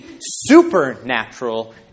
supernatural